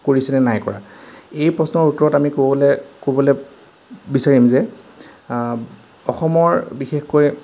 কৰিছেনে নাইকৰা এই প্ৰশ্নৰ উত্তৰত আমি ক'বলৈ ক'বলৈ বিচাৰিম যে আ অসমৰ বিশেষকৈ